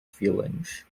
feelings